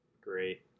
Great